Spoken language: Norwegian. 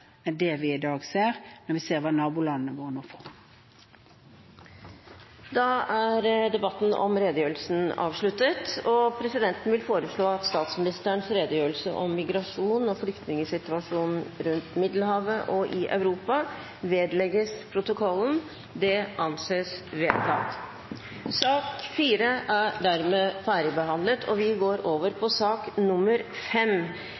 det vi i dag ser, når vi ser hva nabolandene våre nå får. Debatten om redegjørelsen er avsluttet. Presidenten foreslår at statsministerens redegjørelse om migrasjon og flyktningsituasjonen rundt Middelhavet og i Europa vedlegges protokollen. – Det anses vedtatt. Etter ønske fra kommunal- og